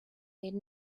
made